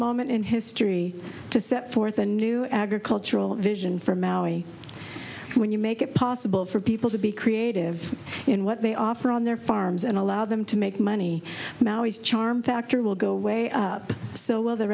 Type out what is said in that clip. moment in history to set forth a new agricultural vision for maui when you make it possible for people to be creative in what they offer on their farms and allow them to make money now his charm factor will go way up so will the